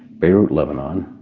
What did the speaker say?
beirut, lebanon